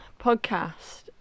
Podcast